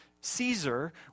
Caesar